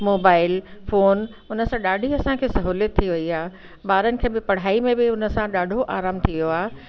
mobile phone उन सां ॾाढी असांखे सहुलियत थी वई आहे ॿारनि खे बि पढ़ाई में बि उन सां ॾाढो आराम थी वियो आहे